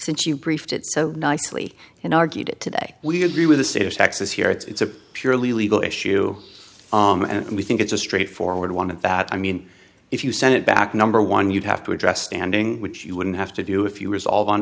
it so nicely and argued it today we agree with the state of texas here it's a purely legal issue and we think it's a straightforward one at that i mean if you send it back number one you'd have to address standing which you wouldn't have to do if you resolve on